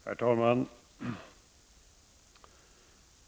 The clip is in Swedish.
Herr talman!